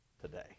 today